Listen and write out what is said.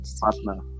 partner